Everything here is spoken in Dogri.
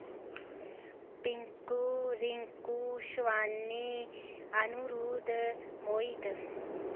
पिंकू रिंकू शवानी अनुरुद्ध मोहित